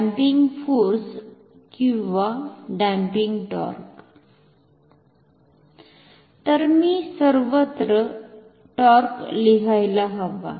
dumping force किंवा damping torque तर मी सर्वत्र टॉर्क लिहायला हवा